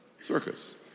circus